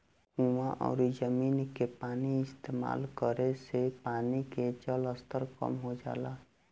कुवां अउरी जमीन के पानी इस्तेमाल करे से जमीन के जलस्तर कम हो जाला